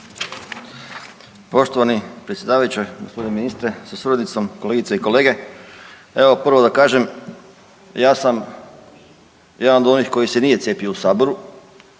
Poštovani predsjedavajući, g. ministre sa suradnicom, kolegice i kolege. Evo prvo da kažem, ja sam jedan od onih koji se nije cijepio u saboru